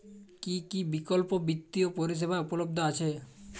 কী কী বিকল্প বিত্তীয় পরিষেবা উপলব্ধ আছে?